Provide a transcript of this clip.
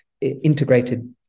integrated